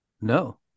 no